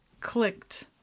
clicked